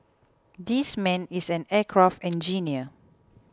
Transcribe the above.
this man is an aircraft engineer